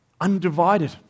undivided